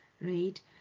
right